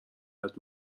یاد